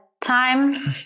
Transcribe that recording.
time